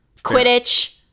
Quidditch